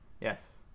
Yes